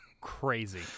crazy